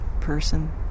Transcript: person